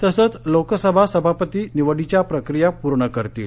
तसंच लोकसभा सभापती निवडीच्या प्रक्रिया पूर्ण करतील